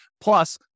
Plus